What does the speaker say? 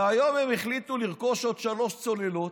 והיום הם החליטו לרכוש עוד שלוש צוללות,